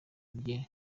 rye